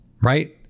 Right